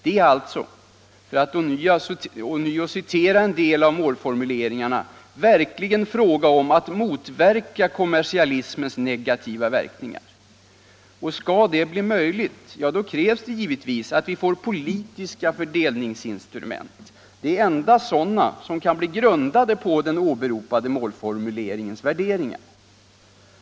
Det är alltså — för att ånyo ange en av målformuleringarna — verkligen fråga om att motverka kommersialismens negativa verkningar. Skall detta bli möjligt, ja, då krävs givetvis att vi får politiska fördelningsinstrument — det är endast sådana som kan bli grundade på den åberopade målformuleringens värderingar.